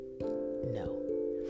No